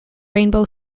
rainbow